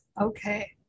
Okay